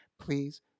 please